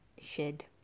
shed